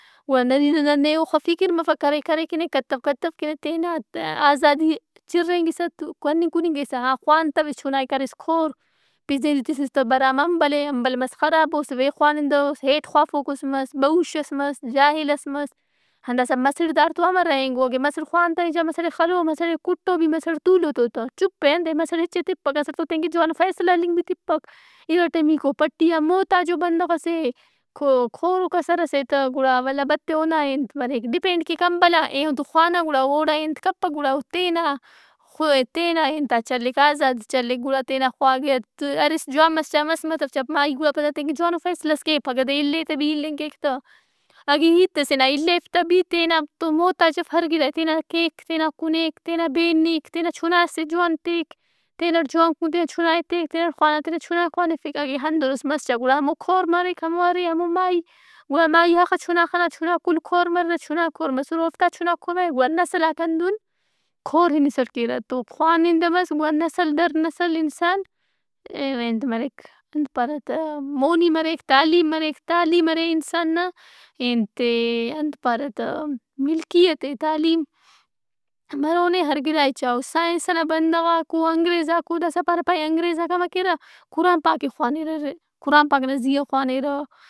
گڑا نرینہ نا نے اوخہ فکر مفک۔ کرے کرے ای کہ نا، کتو کتو ای کہ نا۔ تینا آزادی ئے چرینگسہ تو کننگ کنگ کیسہ۔ ہا خوانتویس چنائے کریس کور۔ پجری تِسس تہ برام امبل ئے۔ امبل مس خرابوس، وے خوانندہ ؤس، ہیٹ خوافوکس مس، بہوشس مس، جاہلس مس۔ ہا داسا مسڑ داڑتو امہ روہینگو؟ اگہ مسڑ خوانتنے چا مسڑ ئے خلو، مسڑئے کٹّو بھی مسڑ تُولو ای تو تہ چُپ اے۔ انتئے مسڑہچس تپک۔ اسٹ تو تین کہ جوانو فیصلہ ہلنگ بھی تپک۔ ارٹمیکو پٹیا محتاجو بندغ اے۔ کوروکسر ئسے تہ۔ گڑا ولا بدتر اونائے انت مریک ڈیپینڈ کیک امبل آ۔ ایہن تو خوانا گڑا اوڑائے انت کپک۔ گڑا او تینا خوائے- انت آئے چلّک، آزاد چلّک۔ گڑا تینا خوا- گہ ارِس جوان مس چا مس متو چا مارکُو آ کائک تین کہ جوانو فیصلہ ئس کے۔ پھگہ نا دے اِلّے تہ بھی الِّنگ کیک تہ۔ اگہ ہیت ئسے نا اے الّیپ تہ بھی تینا تو محتاج اف۔ ہر گڑا ئے تینا کیک تینا کُنیک۔ تینا ئے بینِک۔ تینا چُناس ئے جوان تیک۔ تینٹ جوان کن یا چنا ئے تیک۔ ہندنوس مس چا گڑا ہمو کور مریک ہمو ارہِ ہمو مائی۔ گڑا مائی اخہ چُنا خنا، چُناک کل کور مریرہ۔ چُناک کو رمسر اوفتا چناک کور مریرہ۔ گڑا نسلاک ہندن کور ہنِسٹ کیرہ۔ تو خوانندہ مس تو نسل در نسل انسان ئے انت مریک انت پارہ تہ مونی مریک تعلیم مریک۔ تعلیم ارے انسان نا ئے انت ئے انت پارہ تہ ملکیت اے۔ تعلیم مرونے ہر گڑا ئے چائوس۔ سائنس نا بندغاک او۔ انگریزاک او۔ داسا بر پائہہ انگریزاک امر کیرہ۔ قران پاک ئے خوانرہ۔ قران پاک نا زیا او خوانِرہ۔